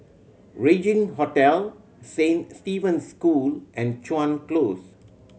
Regin Hotel Saint Stephen's School and Chuan Close